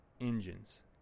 engines